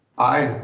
aye.